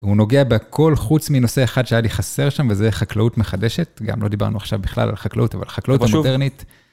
הוא נוגע בכל חוץ מנושא אחד שהיה לי חסר שם, וזה חקלאות מחדשת. גם לא דיברנו עכשיו בכלל על חקלאות, אבל על חקלאות מודרנית.